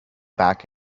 back